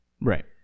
Right